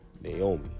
Naomi